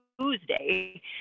Tuesday